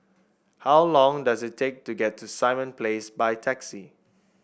how long does it take to get to Simon Place by taxi